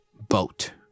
boat